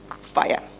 fire